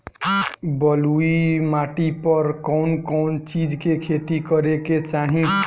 बलुई माटी पर कउन कउन चिज के खेती करे के चाही?